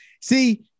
see